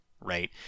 right